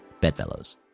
Bedfellows